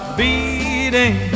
beating